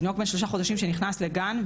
תינוק בן שלושה חודשים שנכנס לגן,